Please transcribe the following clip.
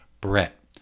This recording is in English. Brett